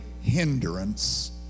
hindrance